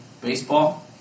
Baseball